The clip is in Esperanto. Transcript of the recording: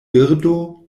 birdo